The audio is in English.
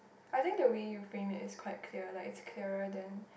I think the way you frame is quite clear like it's clearer than